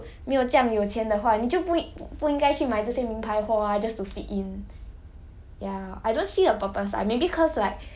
but 我我觉得如果你你本身就没有这样有钱的话你就不会不应该去买这些名牌货 lah just to fit in